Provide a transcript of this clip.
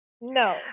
No